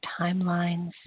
timelines